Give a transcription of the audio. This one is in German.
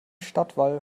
stadtwall